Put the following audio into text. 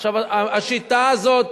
עכשיו, השיטה הזאת,